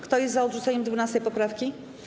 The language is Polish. Kto jest za odrzuceniem 12. poprawki?